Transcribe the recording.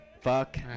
Fuck